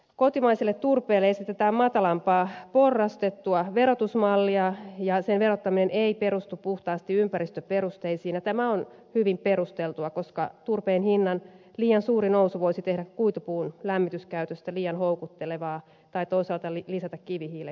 kotimaiselle turpeelle esitetään matalampaa porrastettua verotusmallia ja sen verottaminen ei perustu puhtaasti ympäristöperusteisiin ja tämä on hyvin perusteltua koska turpeen hinnan liian suuri nousu voisi tehdä kuitupuun lämmityskäytöstä liian houkuttelevaa tai toisaalta lisätä kivihiilen käyttöä